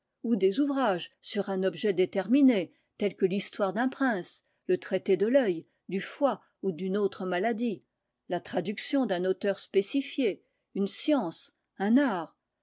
ou des ouvrages sur un objet déterminé tels que l'histoire d'un prince le traité de l'œil du foie ou d'une autre maladie la traduction d'un auteur spécifié une science un art